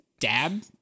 dab